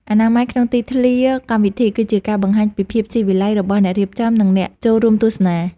អនាម័យក្នុងទីធ្លាកម្មវិធីគឺជាការបង្ហាញពីភាពស៊ីវិល័យរបស់អ្នករៀបចំ និង អ្នកចូលរួមទស្សនា។